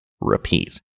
repeat